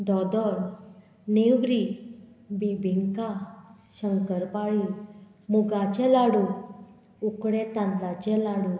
दोदोल नेवरी बिबिंका शंकरपाळी मुगाचें लाडू उकडे तांदळाचें लाडू